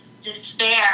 despair